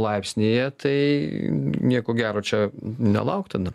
laipsnyje tai nieko gero čia nelaukt tada